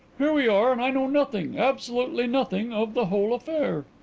here we are and i know nothing, absolutely nothing, of the whole affair.